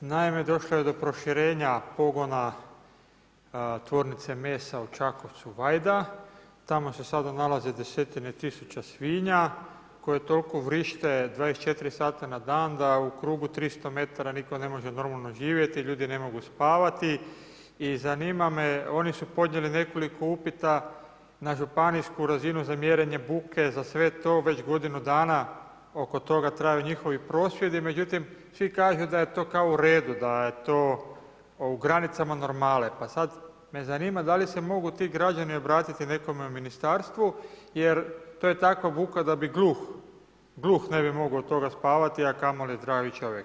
Naime došlo je do proširenja pogona tvornice mesa u Čakovcu Vajda, tamo se sada nalazi desetine tisuća svinja koje toliko vrište 24 sata na dan da u krugu 300 m nitko ne može normalno živjeti, ljudi ne mogu spavati i zanima me, oni su podnijeli nekoliko upita na županijsku razinu za mjerenje buke, za sve to, već godinu dana oko toga traju njihovi prosvjedi, međutim svi kažu da je to kao u redu, da je to u granicama normale pa sad me zanima da li se mogu ti građani obratiti nekome u ministarstvu jer to je takva buka da gluh ne bi mogao od toga spavati a kamoli zdravi čovjek.